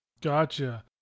Gotcha